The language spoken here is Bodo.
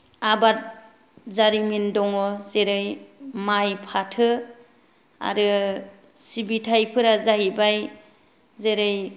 आबाद जारिमिन दङ जेरै माय फाथो आरो सिबिथायफोरा जाहैबाय जेरै